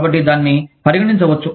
కాబట్టి దానిని పరిగణించవచ్చు